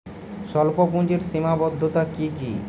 স্বল্পপুঁজির সীমাবদ্ধতা কী কী?